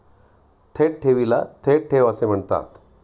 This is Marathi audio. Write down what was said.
थेट ठेवीला थेट ठेव असे म्हणतात